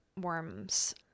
worms